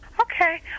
Okay